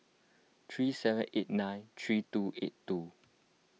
three seven eight nine three two eight two